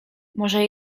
może